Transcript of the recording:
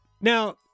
Now